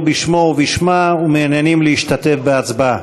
בשמו או בשמה ומעוניינים להשתתף בהצבעה?